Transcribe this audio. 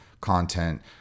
content